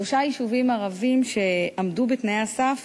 שלושה יישובים ערביים שעמדו בתנאי הסף